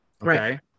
Right